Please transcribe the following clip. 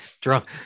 Drunk